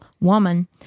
woman